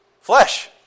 flesh